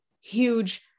huge